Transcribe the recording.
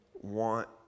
want